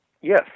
Yes